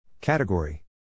CATEGORY